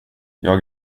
jag